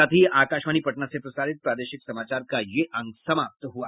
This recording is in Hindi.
इसके साथ ही आकाशवाणी पटना से प्रसारित प्रादेशिक समाचार का ये अंक समाप्त हुआ